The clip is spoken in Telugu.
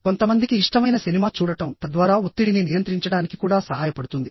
కొంతమందికి ఇష్టమైన సినిమా చూడటం తద్వారా ఒత్తిడిని నియంత్రించడానికి కూడా సహాయపడుతుంది